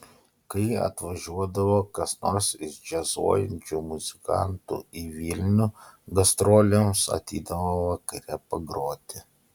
kai atvažiuodavo kas nors iš džiazuojančių muzikantų į vilnių gastrolėms ateidavo vakare pagroti